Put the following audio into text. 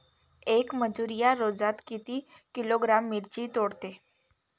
येक मजूर या रोजात किती किलोग्रॅम मिरची तोडते?